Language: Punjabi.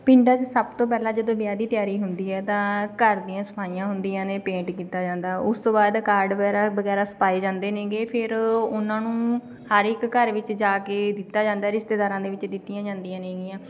ਪਿੰਡਾਂ 'ਚ ਸਭ ਤੋਂ ਪਹਿਲਾਂ ਜਦੋਂ ਵਿਆਹ ਦੀ ਤਿਆਰੀ ਹੁੰਦੀ ਹੈ ਤਾਂ ਘਰ ਦੀਆਂ ਸਫਾਈਆਂ ਹੁੰਦੀਆਂ ਨੇ ਪੇਂਟ ਕੀਤਾ ਜਾਂਦਾ ਉਸ ਤੋਂ ਬਾਅਦ ਕਾਰਡ ਵਗੈਰਾ ਵਗੈਰਾ ਛਪਾਏ ਜਾਂਦੇ ਨੇਗੇ ਫਿਰ ਉਹਨਾਂ ਨੂੰ ਹਰ ਇੱਕ ਘਰ ਵਿੱਚ ਜਾ ਕੇ ਦਿੱਤਾ ਜਾਂਦਾ ਰਿਸ਼ਤੇਦਾਰਾਂ ਦੇ ਵਿੱਚ ਦਿੱਤੀਆਂ ਜਾਂਦੀਆਂ ਨੇਗੀਆਂ